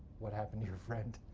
what happened to your friend,